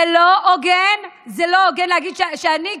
זה לא הוגן להגיד שאני,